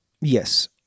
Yes